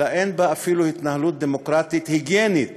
אלא אין בה אפילו התנהלות דמוקרטית היגיינית